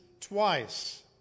twice